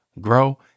grow